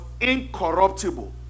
incorruptible